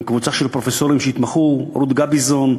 עם קבוצה של פרופסורים שהתמחו: רות גביזון,